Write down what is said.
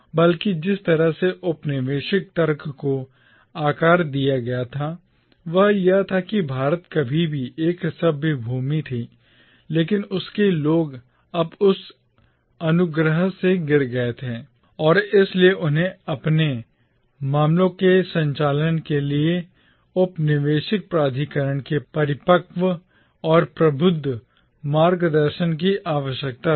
बल्कि जिस तरह से औपनिवेशिक तर्क को आकार दिया गया था वह यह था कि भारत कभी एक सभ्य भूमि थी लेकिन उसके लोग अब उस अनुग्रह से गिर गए थे और इसीलिए उन्हें अपने मामलों के संचालन के लिए औपनिवेशिक प्राधिकरण के परिपक्व और प्रबुद्ध मार्गदर्शन की आवश्यकता थी